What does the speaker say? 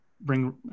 bring